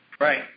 Right